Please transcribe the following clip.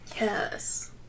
Yes